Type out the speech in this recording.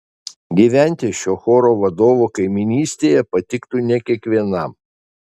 gyventi šio choro vadovo kaimynystėje patiktų ne kiekvienam